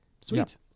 sweet